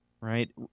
right